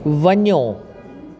वञो